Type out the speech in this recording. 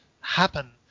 happen